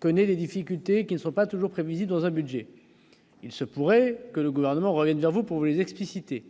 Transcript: connaît des difficultés qui ne sont pas toujours prévisible dans un budget, il se pourrait que le gouvernement revienne vers vous pouvez expliciter